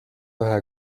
ühe